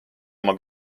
oma